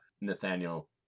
Nathaniel